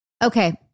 Okay